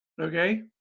okay